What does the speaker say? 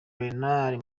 bernard